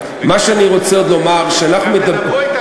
מכובדי ממלא-מקום יושב-ראש הכנסת הקבוע במשך שנים רבות,